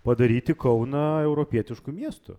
padaryti kauną europietišku miestu